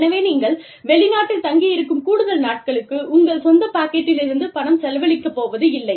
எனவே நீங்கள் வெளிநாட்டில் தங்கியிருக்கும் கூடுதல் நாட்களுக்கு உங்கள் சொந்த பாக்கெட்டிலிருந்து பணம் செலவழிக்கப் போவது இல்லை